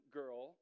girl